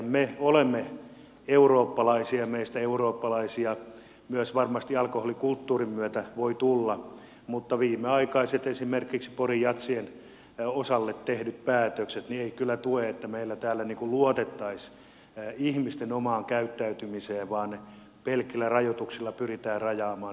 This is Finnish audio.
me olemme eurooppalaisia varmasti myös alkoholikulttuurin osalta meistä voi tulla eurooppalaisia mutta viimeaikaiset päätökset esimerkiksi pori jazzin osalta eivät kyllä tue sitä että meillä täällä luotettaisiin ihmisten omaan käyttäytymiseen vaan pelkillä rajoituksilla pyritään rajaamaan turhanpäiväisesti sitä